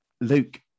Luke